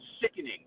sickening